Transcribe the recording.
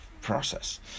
process